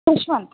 Dushwant